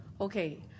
Okay